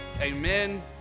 Amen